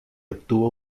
obtuvo